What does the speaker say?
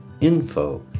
info